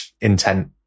intent